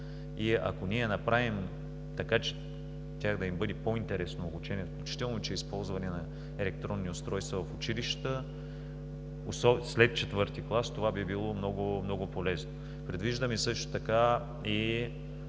И ако ние направим така, че на тях да им бъде по-интересно обучението, включително и чрез използването на електронни устройства в училищата след IV клас, това би било много полезно. Предвиждаме също така и